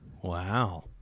Wow